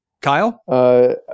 Kyle